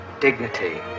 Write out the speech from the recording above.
dignity